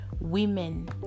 women